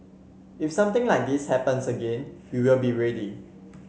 if something like this happens again we will be ready